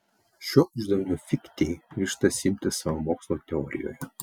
šio uždavinio fichtė ryžtasi imtis savo mokslo teorijoje